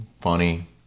funny